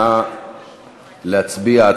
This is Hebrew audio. נא להצביע.